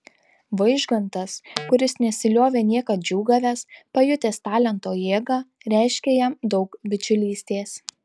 vaižgantas kuris nesiliovė niekad džiūgavęs pajutęs talento jėgą reiškė jam daug bičiulystės